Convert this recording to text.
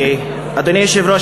אדוני היושב-ראש,